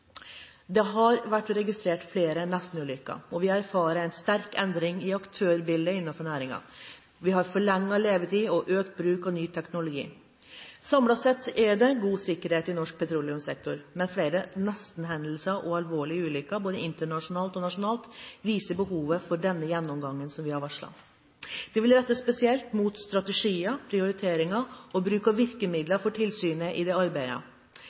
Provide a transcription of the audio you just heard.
Det har vært registrert flere nestenulykker, og vi erfarer en sterk endring i aktørbildet innenfor næringen. Vi har forlenget levetid og økt bruk av ny teknologi. Samlet sett er det god sikkerhet i norsk petroleumssektor, men flere nestenhendelser og alvorlige ulykker, både internasjonalt og nasjonalt, viser behovet for gjennomgangen vi har varslet. Den vil rettes spesielt mot strategier, prioriteringer og bruken av virkemidler for tilsynet i det arbeidet.